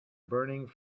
burning